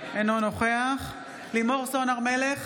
אינו נוכח לימור סון הר מלך,